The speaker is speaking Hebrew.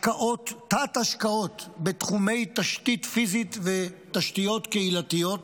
תת-השקעות בתחומי תשתית פיזית ותשתיות קהילתיות